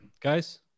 guys